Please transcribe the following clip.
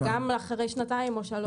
וגם אחרי שנתיים או שלוש.